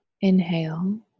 inhale